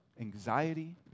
anxiety